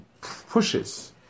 pushes